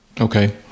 Okay